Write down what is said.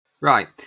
Right